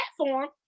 platform